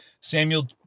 Samuel